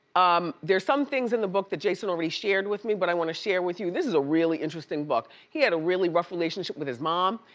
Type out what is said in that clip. um there are some things in the book that jason already shared with me but i wanna share it with you. this is a really interesting book. he had a really rough relationship with his mom.